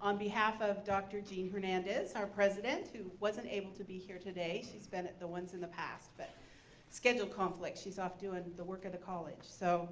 on behalf of dr. jean hernandez, our president, who wasn't able to be here today. she's been at the ones in the past but schedule conflicts. she's off doing the work at the college. so